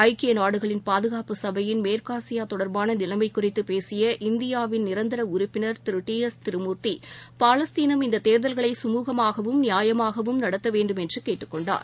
ஐக்கியநாடுகளின் பாதுகாப்பு சபையின் மேற்காசியதொடர்பான நிலைமகுறித்தபேசிய இந்தியாவின் நிரந்தரஉறுப்பினர் திரு டி எஸ் திருமூர்த்தி பாலஸ்தீனம் இந்ததோதல்களை சுமூகமாகவும் நியாயமாகவும் நடத்தவேண்டும் என்றுகேட்டுக்கொண்டார்